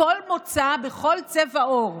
מכל מוצא ובכל צבע עור.